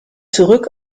zurück